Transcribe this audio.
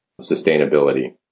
sustainability